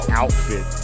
outfit